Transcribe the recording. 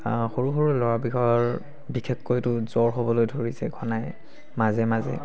সৰু সৰু ল'ৰাবোৰৰ বিশেষকৈ তো জ্বৰ হ'বলৈ ধৰিছে ঘনাই মাজে মাজে